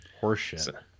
horseshit